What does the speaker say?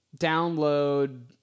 download